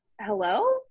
Hello